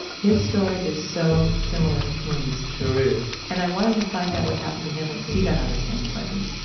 his story is so similar to phoeun's sure is and i wanted to find out what happened to him when he got out of san quentin.